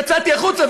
יצאתי החוצה,